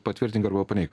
patvirtink arba paneik